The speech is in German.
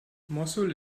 mossul